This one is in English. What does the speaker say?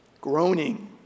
Groaning